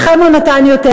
לכם הוא נתן יותר,